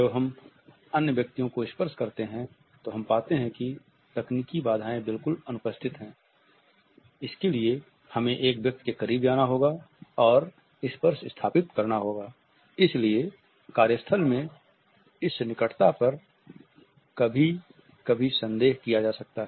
जब हम अन्य व्यक्तियों को स्पर्श करते हैं तो हम पाते हैं कि तकनीकी बाधाएं बिल्कुल अनुपस्थित हैं इसके लिए हमें एक व्यक्ति के करीब जाना होगा और एक स्पर्श स्थापित करना इसलिए कार्य स्थल में इस निकटता पर कभी कभी संदेह किया जा सकता है